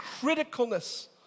criticalness